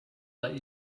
let